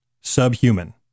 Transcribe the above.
subhuman